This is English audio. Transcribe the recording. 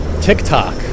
TikTok